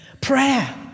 Prayer